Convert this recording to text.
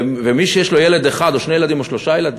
ומי שיש לו ילד אחד או שני ילדים או שלושה ילדים,